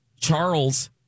Charles